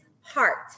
heart